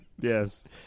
Yes